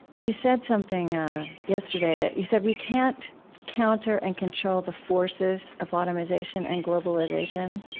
you said something yesterday that you said, we can't counter and control the forces of automization and globalization,